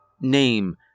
Name